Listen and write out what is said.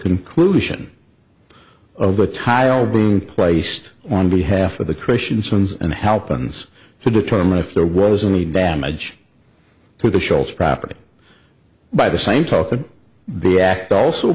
conclusion of the tile being placed on behalf of the christiansen's and help and to determine if there was any damage to the shoals property by the same token the act also